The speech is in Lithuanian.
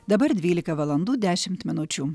dabar dvylika valandų dešimt minučių